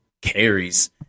carries